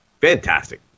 fantastic